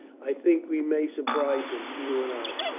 i think we may surprise him, you and i.